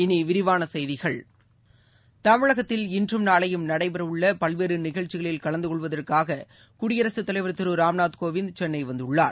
இனிவிரிவானசெய்திகள் தமிழகத்தில் இன்றும் நாளையும் நடைபெறஉள்ளபல்வேறுநிகழ்ச்சிகளில் கலந்த கொள்வதற்காகுடியரசுத் தலைவர் திருராம்நாத் கோவிந்த் சென்னைவந்துள்ளார்